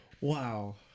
Wow